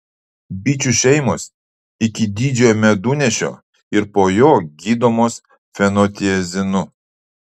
bičių šeimos iki didžiojo medunešio ir po jo gydomos fenotiazinu